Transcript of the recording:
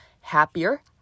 happier